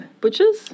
Butchers